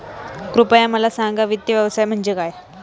कृपया मला सांगा वित्त व्यवसाय म्हणजे काय?